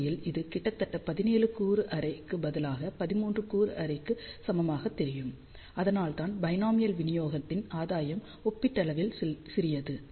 உண்மையில் இது கிட்டத்தட்ட 17 கூறு அரேக்கு பதிலாக 13 கூறு அரேக்கு சமமாக தெரியும் அதனால்தான் பைனாமியல் விநியோகத்தின் ஆதாயம் ஒப்பீட்டளவில் சிறியது